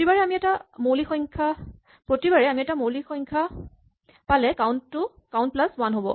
প্ৰতিবাৰে আমি এটা মৌলিক সংখ্যা পালে কাউন্ট টো কাউন্ট প্লাচ ৱান হ'ব